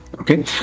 Okay